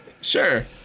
Sure